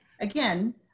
again